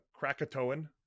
Krakatoan